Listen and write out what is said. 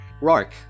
Rourke